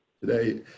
Today